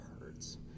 hurts